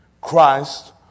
Christ